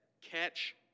Catch